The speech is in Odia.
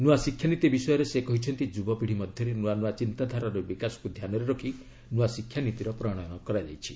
ନୂଆ ଶିକ୍ଷାନୀତି ବିଷୟରେ ସେ କହିଛନ୍ତି ଯୁବପିଢ଼ି ମଧ୍ୟରେ ନୂଆ ନୂଆ ଚିନ୍ତାଧାରାର ବିକାଶକୁ ଧ୍ୟାନରେ ରଖି ନୂଆ ଶିକ୍ଷାନୀତିର ପ୍ରଣୟନ କରାଯାଇଛି